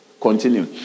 continue